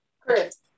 Chris